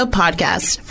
podcast